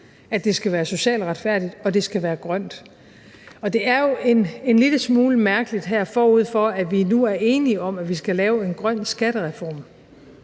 at det skal være socialt retfærdigt, og at det skal være grønt. Og det er jo en lille smule mærkeligt, at man – her forud for at vi nu er enige om, at vi skal lave en grøn skattereform